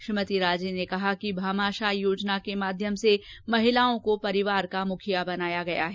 श्रीमती राजे ने कहा कि भामाशाह योजना के माध्यम से महिलाओं को परिवार का मुखिया बनाया गया है